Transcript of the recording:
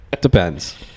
Depends